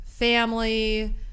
family